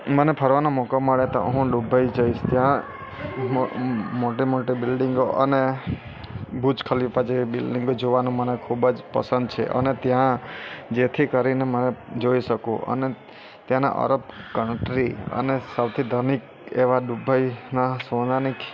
મને ફરવાનો મોકો મળે તો હું દુબઇ જઈશ ત્યાં મોટી મોટી બિલ્ડિંગો અને બુર્જ ખલીફા જેવી બિલ્ડિંગો જોવાનું મને ખૂબ જ પસંદ છે અને ત્યાં જેથી કરીને માર જોઈ શકું અને ત્યાંના અરબ કન્ટ્રી અને સૌથી ધનિક એવા દુબઈના સોનાની ખીણ